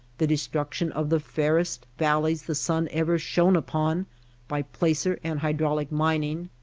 the destruction of the fairest valleys the sun ever shone upon by placer and hy draulic mining?